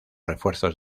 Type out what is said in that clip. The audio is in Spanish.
refuerzos